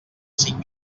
cinc